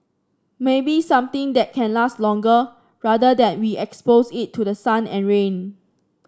maybe something that can last longer rather than we expose it to the sun and rain